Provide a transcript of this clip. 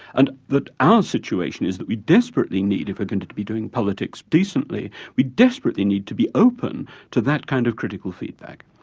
and that our situation is that we desperately need if we're going to to be doing politics decently we desperately need to be open to that kind of critical feedback.